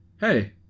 hey